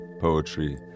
poetry